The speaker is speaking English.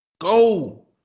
go